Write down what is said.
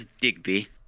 Digby